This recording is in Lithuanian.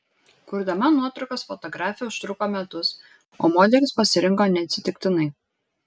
kurdama nuotraukas fotografė užtruko metus o modelius pasirinko neatsitiktinai